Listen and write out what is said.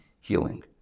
healing